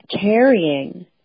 carrying